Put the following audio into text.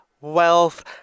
wealth